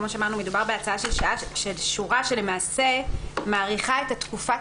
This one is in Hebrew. כמו שאמרנו מדובר בהצעה של שורה שלמעשה מאריכה את תקופת